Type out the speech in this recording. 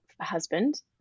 husband